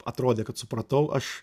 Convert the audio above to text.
atrodė kad supratau aš